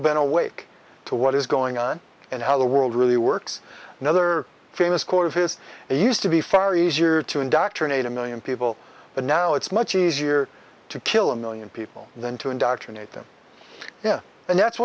been awake to what is going on and how the world really works another famous quote of his and used to be far easier to indoctrinate a million people but now it's much easier to kill a million people than to indoctrinate them yeah and that's